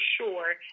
sure